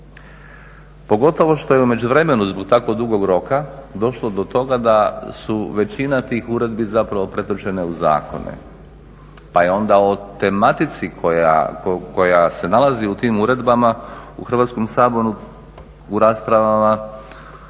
Pogotovo što je u međuvremenu zbog tako dugog roka došlo do toga da su većina tih uredbi zapravo pretočene u zakone pa je onda o tematici koja se nalazi u tim uredbama u Hrvatskom saboru u raspravama